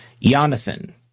Jonathan